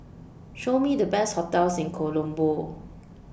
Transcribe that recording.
Show Me The Best hotels in Colombo